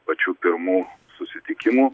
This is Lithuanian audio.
pačių pirmų susitikimų